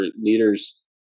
leaders